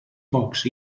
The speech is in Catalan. pocs